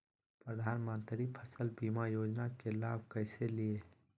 प्रधानमंत्री फसल बीमा योजना के लाभ कैसे लिये?